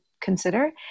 consider